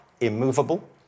immovable